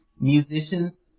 musicians